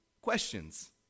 questions